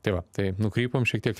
tai va tai nukrypom šiek tiek